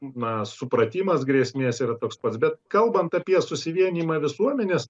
na supratimas grėsmės yra toks pats bet kalbant apie susivienijimą visuomenės